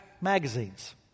magazines